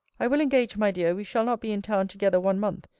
i will engage, my dear, we shall not be in town together one month,